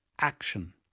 action